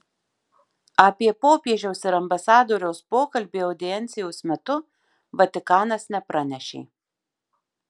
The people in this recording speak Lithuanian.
apie popiežiaus ir ambasadoriaus pokalbį audiencijos metu vatikanas nepranešė